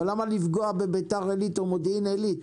אבל למה לפגוע בביתר עילית או במודיעין עילית